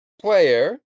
Player